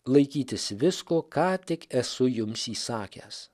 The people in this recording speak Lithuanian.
laikytis visko ką tik esu jums įsakęs